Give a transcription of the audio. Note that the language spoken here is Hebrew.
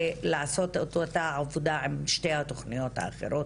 לעשות את אותה עבודה עם שתי התוכניות האחרות.